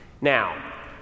Now